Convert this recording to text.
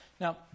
Now